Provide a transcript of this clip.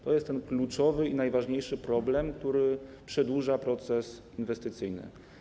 To jest ten kluczowy i najważniejszy problem, który przedłuża proces inwestycyjny.